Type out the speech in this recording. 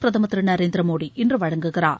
பிரதமர் திரு நரேந்திர மோடி இன்று வழங்குகிறார்